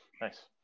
nice